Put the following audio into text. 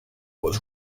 was